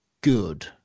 good